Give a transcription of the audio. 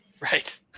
Right